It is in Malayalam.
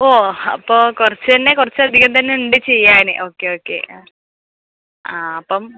ഓ അപ്പോൾ കുറച്ച് തന്നെ കുറച്ചധികം തന്നെ ഉണ്ട് ചെയ്യാന് ഓക്കെ ഓക്കെ ആ ആ അപ്പം